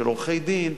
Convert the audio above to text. של עורכי-דין,